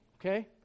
Okay